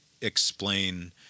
explain